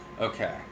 Okay